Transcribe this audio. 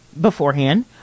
beforehand